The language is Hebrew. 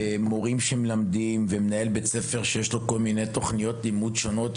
יש מורים שמלמדים ויש מנהלי בית ספר עם כל מיני תוכניות לימוד שונות,